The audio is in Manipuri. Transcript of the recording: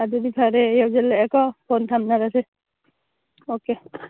ꯑꯗꯨꯗꯤ ꯐꯔꯦ ꯌꯧꯁꯤꯜꯂꯛꯂꯦꯕꯀꯣ ꯐꯣꯟ ꯊꯝꯅꯔꯁꯤ ꯑꯣꯀꯦ